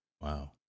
Wow